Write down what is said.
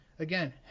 Again